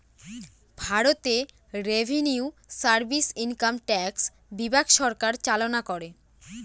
ভারতে revenue service income tax বিভাগ সরকার চালনা করে